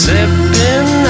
Sipping